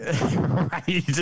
Right